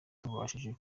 tubashije